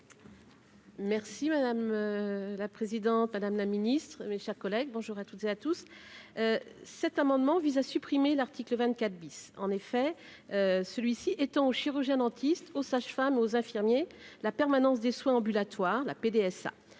Merci madame la présidente, Madame la Ministre, mes chers collègues, bonjour à toutes et à tous. Cet amendement vise à supprimer l'article 24 bis, en effet, celui-ci étant au chirurgien dentiste ou sage-femme aux infirmiers la permanence des soins ambulatoires, la PDSA